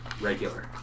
regular